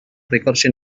recursion